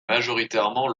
majoritairement